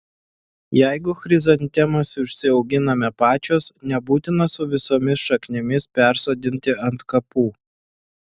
jeigu chrizantemas užsiauginame pačios nebūtina su visomis šaknimis persodinti ant kapų